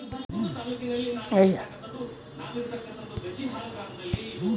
ಜೇನುನೊಣ ಕೆಲಸಗಾರರು ಜೇನುಗೂಡಿನ ತಾಪಮಾನವನ್ನು ನಿರ್ಣಾಯಕ ಸಂಸಾರದ ಪ್ರದೇಶ್ದಲ್ಲಿ ಏಕರೂಪವಾಗಿಸ್ತರೆ